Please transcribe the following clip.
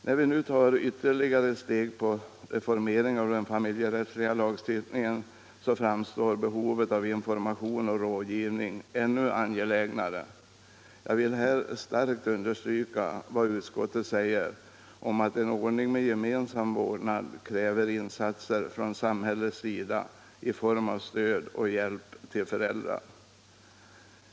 När vi nu tar ytterligare ett steg i arbetet på reformering av den familjerättsliga lagstiftningen så framstår behovet av information och rådgivning ännu angelägnare. Jag vill här starkt understryka vad utskottet säger om att en ordning med gemensam vårdnad kräver insatser från samhällets sida i form av stöd och hjälp till föräldrar.